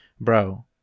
Bro